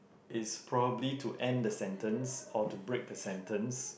is probably to end the sentence or to break the sentence